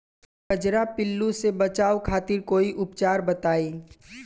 कजरा पिल्लू से बचाव खातिर कोई उपचार बताई?